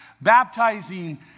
baptizing